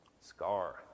Scar